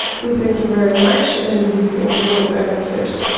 we thank you very much and we think it will benefit